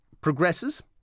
progresses